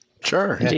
Sure